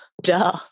Duh